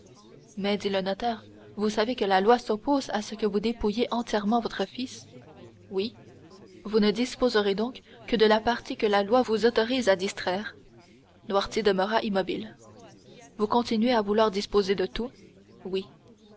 mais dit le notaire vous savez que la loi s'oppose à ce que vous dépouilliez entièrement votre fils oui vous ne disposerez donc que de la partie que la loi vous autorise à distraire noirtier demeura immobile vous continuez à vouloir disposer de tout oui